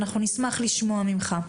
אנחנו נשמח לשמוע ממך.